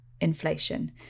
inflation